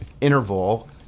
interval